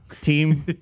team